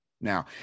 Now